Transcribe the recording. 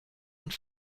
und